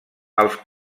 els